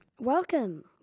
Welcome